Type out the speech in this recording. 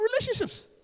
relationships